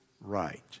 right